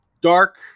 dark